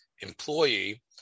employee